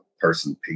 person